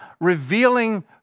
revealing